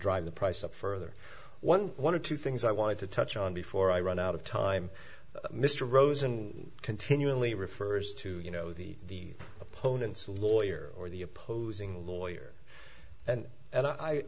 drive the price up further one one of two things i wanted to touch on before i run out of time mr rosen continually refers to you know the opponents lawyer or the opposing lawyer and